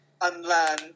unlearn